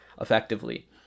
effectively